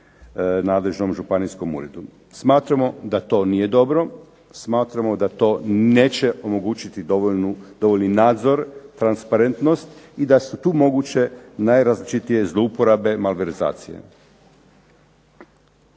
nadležnom županijskom uredu. Smatramo da to nije dobro, smatramo da to neće omogućiti dovoljni nadzor, transparentnost i da su tu moguće najrazličitije zlouporabe, malverzacije.